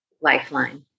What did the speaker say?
lifeline